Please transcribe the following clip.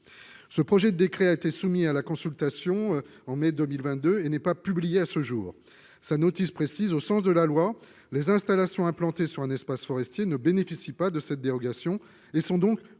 Ce projet de décret a été soumis à consultation en mai 2022 et n'est pas publié à ce jour. Sa notice le précise, « au sens de la loi, les installations implantées sur un espace forestier ne bénéficient pas de cette dérogation et sont donc